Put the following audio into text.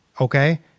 okay